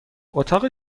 اتاق